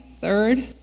third